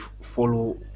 follow